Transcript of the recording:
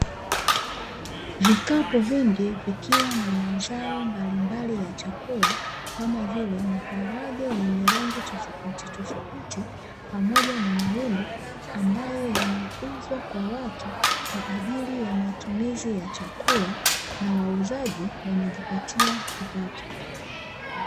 vikapu vingi vikiwa na mazao mbalimbali ya chakula, kama vile; maharage yenye rangi tofautitofauti pamoja na mahindi ambayo yanauzwa kwa watu kwa ajili ya matumizi ya chakula na wauzaji wanajipatia kipato.